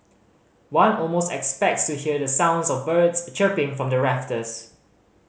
one almost expects to hear the sounds of birds chirping from the rafters